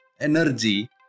energy